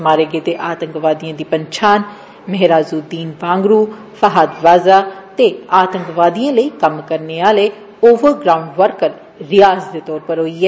मारे गेदे आतंकवादिए दी पंछान मेहराजूद्दीन वांगरु फहाद बाज़ा ते आतंकवादिएं लेई कम्म करने आले ओवर ग्राऊंड वर्कर्स रियाज़ दे तौर उप्पर होई ऐ